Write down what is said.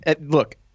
look